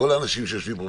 כל האנשים שיושבים פה.